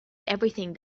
everything